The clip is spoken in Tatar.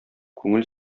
күңел